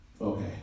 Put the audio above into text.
Okay